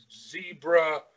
Zebra